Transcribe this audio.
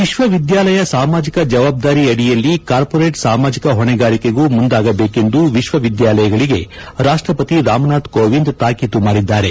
ವಿಶ್ವವಿದ್ಯಾಲಯ ಸಾಮಾಜಿಕ ಜವಾಬ್ದಾರಿ ಅಡಿಯಲ್ಲಿ ಕಾರ್ಹೊರೇಟ್ ಸಾಮಾಜಿಕ ಹೊಣೆಗಾರಿಕೆಗೂ ಮುಂದಾಗಬೇಕೆಂದು ವಿಶ್ವವಿದ್ಯಾಲಯಗಳಿಗೆ ರಾಷ್ಸಪತಿ ರಾಮನಾಥ್ ಕೋವಿಂದ ತಾಕಿತು ಮಾಡಿದ್ದಾರೆ